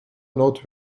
not